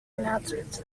announcements